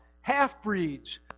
Half-breeds